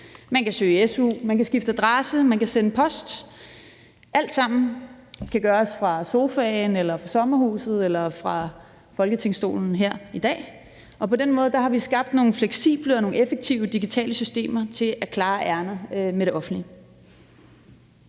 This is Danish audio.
Man kan søge su, man kan skifte adresse, man kan sende post, og det kan alt sammen gøres fra sofaen eller fra sommerhuset eller fra folketingsstolen her i dag. Og på den måde har vi skabt nogle fleksible og nogle effektive digitale systemer til at klare ærinder med det offentlige.